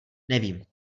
nevím